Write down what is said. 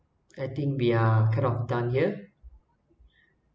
I think we are kind of done here